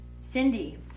Cindy